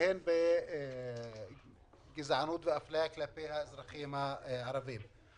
והן בגזענות ואפליה כלפי האזרחים הערבים.